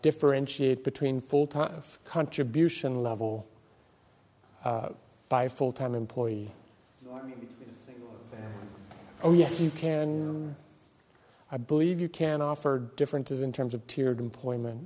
differentiate between full time contribution level by a full time employee oh yes you can and i believe you can offer differences in terms of teared employment